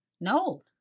No